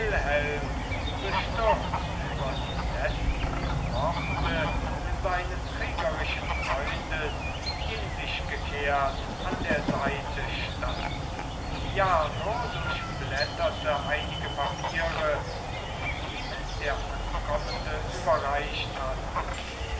bestürzt über die letzten worte seines kriegerischen freundes in sich gekehrt an der seite stand jarno durchblätterte einige papiere die ihm der ankommende überreicht hatte